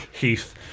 Heath